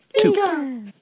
Two